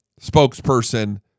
spokesperson